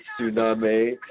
Tsunami